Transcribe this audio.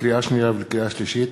לקריאה שנייה ולקריאה שלישית: